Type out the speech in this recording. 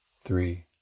three